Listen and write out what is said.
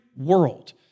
world